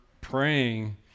praying